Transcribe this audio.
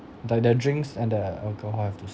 like their drinks and the alcohol have to